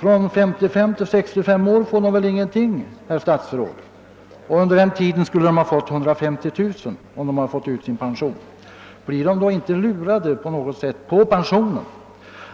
Mellan 55 och 65 år får de väl ingenting, herr statsråd, trots att de under den tiden skulle ha fått 150 000 kronor om de fått ut sin pension. Blir de då inte på något sätt lurade på pensionen?